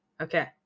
okay